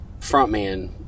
frontman